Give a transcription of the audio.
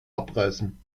abreißen